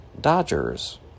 Dodgers